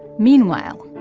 meanwhile,